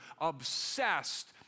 obsessed